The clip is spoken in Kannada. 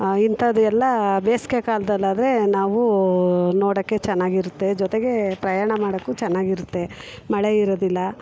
ಇಂಥದ್ದು ಎಲ್ಲ ಬೇಸ್ಗೆ ಕಾಲದಲ್ಲಾದ್ರೆ ನಾವೂ ನೋಡೋಕ್ಕೆ ಚೆನ್ನಾಗಿರುತ್ತೆ ಜೊತೆಗೆ ಪ್ರಯಾಣ ಮಾಡೋಕ್ಕು ಚೆನ್ನಾಗಿರುತ್ತೆ ಮಳೆ ಇರೋದಿಲ್ಲ